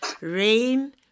Rain